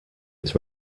its